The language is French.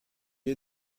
est